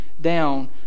down